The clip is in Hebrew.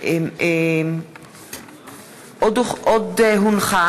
חמד עמאר בנושא: